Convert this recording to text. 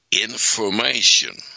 information